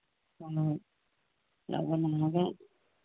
ꯍꯣꯏ ꯍꯣꯏ ꯂꯧꯕ ꯂꯥꯛꯑꯒ